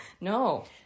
No